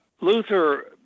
Luther